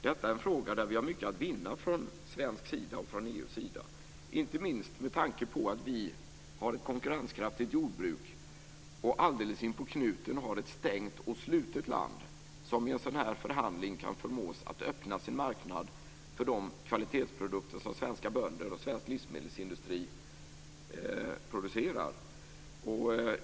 Detta är en fråga där vi har mycket att vinna från svensk sida och från EU:s sida, inte minst med tanke på att vi har ett konkurrenskraftigt jordbruk, samtidigt som vi in på knuten har ett stängt och slutet land som i en sådan här förhandling kan förmås att öppna sin marknad för de kvalitetsprodukter som svenska bönder och svensk livsmedelsindustri producerar.